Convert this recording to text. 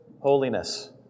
holiness